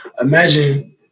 imagine